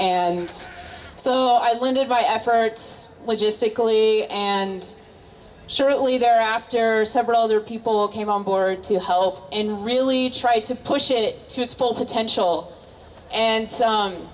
and so i landed by efforts logistically and shortly thereafter several other people came on board to help and really try to push it to its full potential and